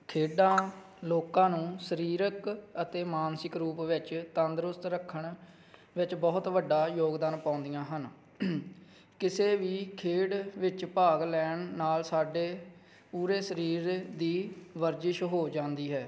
ਖੇਡਾਂ ਲੋਕਾਂ ਨੂੰ ਸਰੀਰਕ ਅਤੇ ਮਾਨਸਿਕ ਰੂਪ ਵਿੱਚ ਤੰਦਰੁਸਤ ਰੱਖਣ ਵਿੱਚ ਬਹੁਤ ਵੱਡਾ ਯੋਗਦਾਨ ਪਾਉਂਦੀਆਂ ਹਨ ਕਿਸੇ ਵੀ ਖੇਡ ਵਿੱਚ ਭਾਗ ਲੈਣ ਨਾਲ ਸਾਡੇ ਪੂਰੇ ਸਰੀਰ ਦੀ ਵਰਜਿਸ਼ ਹੋ ਜਾਂਦੀ ਹੈ